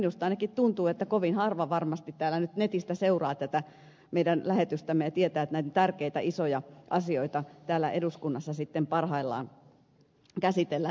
minusta ainakin tuntuu että kovin harva varmasti nyt netistä seuraa tätä meidän lähetystämme ja tietää että näitä tärkeitä isoja asioita täällä eduskunnassa parhaillaan käsitellään